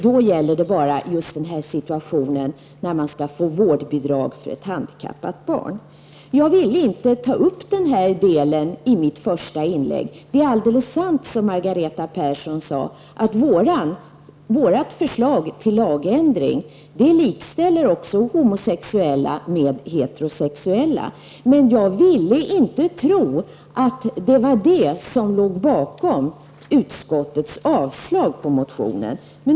Då gäller det bara den situation när man skall få vårdbidrag för ett handikappat barn. Jag ville inte ta upp det i mitt första inlägg. Det är alldeles sant, som Margareta Persson sade, att vårt förslag gick ut på att genom lagändring likställa homosexuella med heterosexuella. Men jag ville inte tro att det var detta som låg bakom utskottets avstyrkande av motionen.